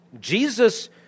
Jesus